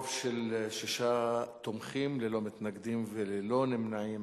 רוב של שישה תומכים, ללא מתנגדים וללא נמנעים.